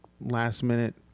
last-minute